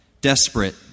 desperate